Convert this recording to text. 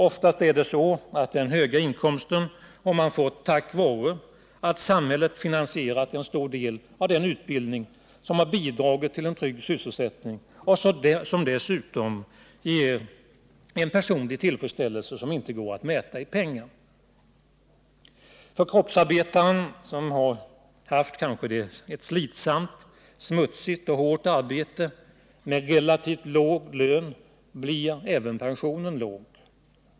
Oftast har man fått den höga inkomsten tack vare att samhället finansierat en stor del av den utbildning som bidragit till en trygg sysselsättning och en personlig tillfredsställelse som inte går att mäta i pengar. För kroppsarbetaren, som haft ett kanske slitsamt, smutsigt och hårt arbete med relativt låg lön, blir även pensionen låg.